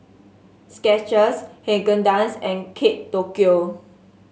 Skechers Haagen Dazs and Kate Tokyo